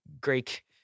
Greek